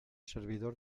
servidor